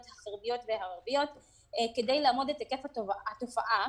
החרדיות והערביות כדי לאמוד את היקף התופעה.